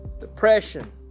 depression